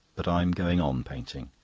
but i'm going on painting.